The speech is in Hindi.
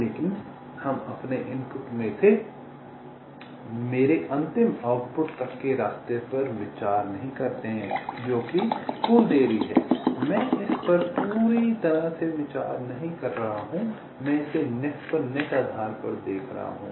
लेकिन हम अपने इनपुट से मेरे अंतिम आउटपुट तक के रास्ते पर विचार नहीं करते हैं जो कि कुल देरी है मैं इस पर पूरी तरह से विचार नहीं कर रहा हूं मैं इसे नेट पर नेट आधार पर देख रहा हूं